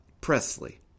Presley